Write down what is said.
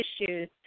issues